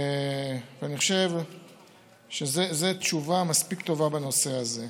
אני חושב שזו תשובה מספיק טובה בנושא הזה.